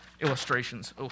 illustrations